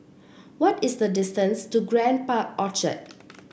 what is the distance to Grand Park Orchard